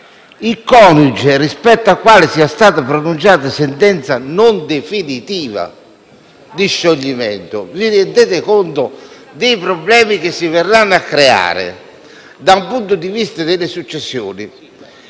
il coniuge rispetto al quale sia stata pronunziata sentenza «anche non definitiva» di scioglimento. Vi rendete conto dei problemi che si verranno a creare dal punto di vista delle successioni?